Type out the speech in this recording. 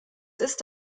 ist